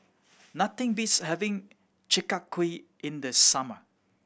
nothing beats having Chi Kak Kuih in the summer